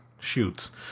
shoots